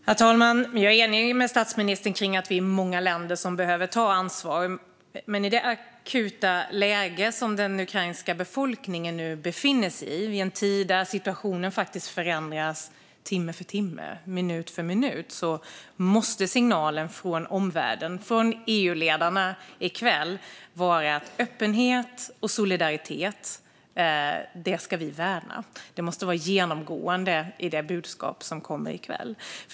Herr talman! Jag är enig med statsministern om att det är många länder som behöver ta ansvar. Men i det akuta läge som den ukrainska befolkningen nu befinner sig i, och i en tid där situationen förändras timme för timme och minut för minut, måste signalen från omvärlden och EU-ledarna i kväll vara att vi ska värna öppenhet och solidaritet. Det måste vara genomgående i det budskap som kommer i kväll.